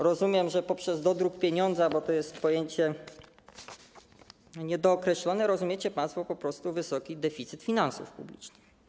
Rozumiem, że poprzez dodruk pieniądza, bo to jest pojęcie niedookreślone, rozumiecie państwo po prostu wysoki deficyt finansów publicznych.